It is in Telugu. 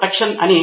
ప్రొఫెసర్ అవును